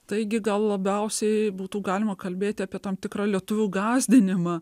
taigi gal labiausiai būtų galima kalbėti apie tam tikrą lietuvių gąsdinimą